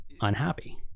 unhappy